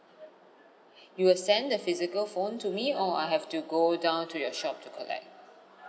you will send the physical phone to me or I have to go down to your shop to collect